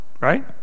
Right